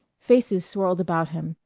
faces swirled about him,